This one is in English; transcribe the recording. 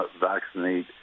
vaccinate